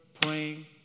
praying